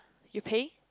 you pay